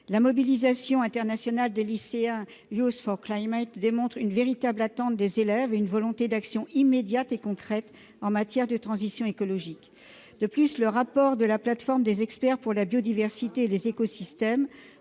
La mobilisation internationale des lycéens au sein du mouvement Youth for Climate démontre une véritable attente des élèves et une volonté d'action immédiate et concrète en matière de transition écologique. De plus, le rapport de la Plateforme intergouvernementale sur la biodiversité et les services